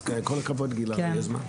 אז כל הכבוד גילה על היוזמה.